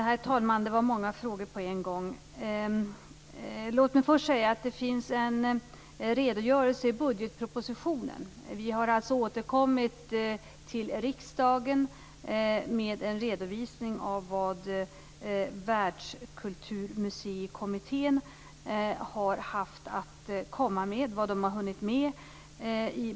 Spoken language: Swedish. Herr talman! Det var många frågor på en gång. Låt mig först säga att det finns en redogörelse i budgetpropositionen. Vi har alltså återkommit till riksdagen med en redovisning i budgetpropositionen av vad Världskulturmuseikommittén har haft att komma med och vad de har hunnit med.